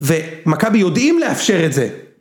ומכבי יודעים לאפשר את זה.